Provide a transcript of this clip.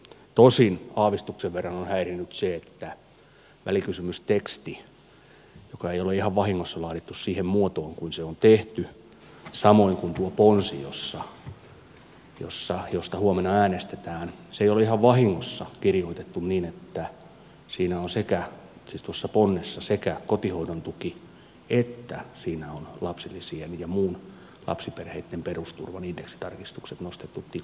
tosin aavistuksen verran on häirinnyt se että välikysymysteksti ei ole ihan vahingossa laadittu siihen muotoon kuin se on tehty samoin kuin tuo ponsi josta huomenna äänestetään sitä ei ole ihan vahingossa kirjoitettu niin että siinä sekä kotihoidon tuki että lapsilisien ja muun lapsiperheitten perusturvan indeksitarkistukset on nostettu tikunnokkaan